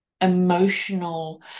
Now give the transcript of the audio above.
emotional